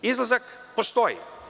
Izlazak postoji.